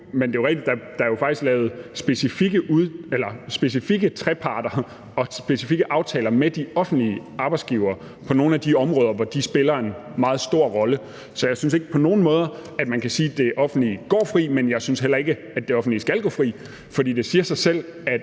Men det er jo rigtigt, at der faktisk er lavet specifikke treparter og specifikke aftaler med de offentlige arbejdsgivere på nogle af de områder, hvor de spiller en meget stor rolle. Så jeg synes ikke på nogen måde, at man kan sige, at det offentlige går fri, men jeg synes heller ikke, at det offentlige skal gå fri, for det siger sig selv, at